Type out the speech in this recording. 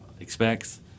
expects